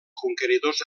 conqueridors